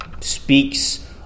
speaks